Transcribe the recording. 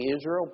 Israel